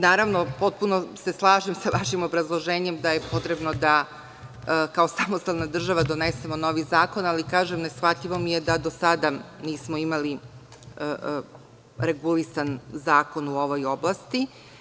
Naravno, potpuno slažem se sa vašim obrazloženjem da je potrebno da kao samostalna država donesemo novi zakon, ali kažem, neshvatljivo mi je da do sada nismo imali regulisan zakon u ovoj oblasti.